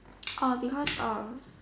orh because um